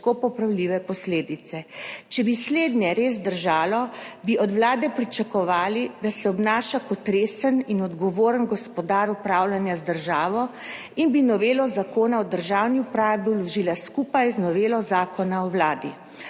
težko popravljive posledice. Če bi slednje res držalo, bi od Vlade pričakovali, da se obnaša kot resen in odgovoren gospodar upravljanja z državo in bi novelo Zakona o državni upravi vložila skupaj z novelo Zakona o Vladi.